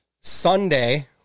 Sunday